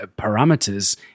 parameters